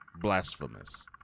blasphemous